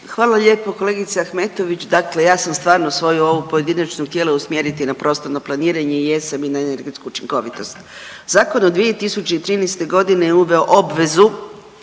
Hvala lijepo kolegice Ahmetović. Dakle, ja sam stvarno svoju ovu pojedinačnu htjela usmjeriti na prostorno planiranje i jesam i na energetsku učinkovitost. Zakon od 2013.g. je uveo obvezu